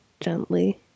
gently